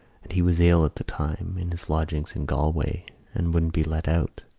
and he was ill at the time in his lodgings in galway and wouldn't be let out,